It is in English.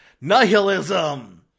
Nihilism